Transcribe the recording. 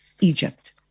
Egypt